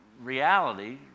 Reality